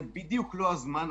וזה הדבר השני.